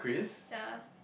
ya